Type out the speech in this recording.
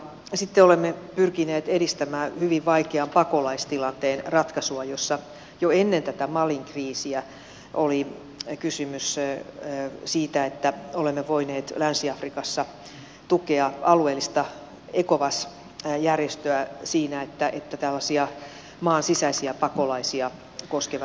sitten olemme pyrkineet edistämään hyvin vaikean pakolaistilanteen ratkaisua jossa jo ennen tätä malin kriisiä oli kysymys siitä että olemme voineet länsi afrikassa tukea alueellista ecowas järjestöä siinä että tällaisia maan sisäisiä pakolaisia koskevat asiat voidaan saada ratkaistua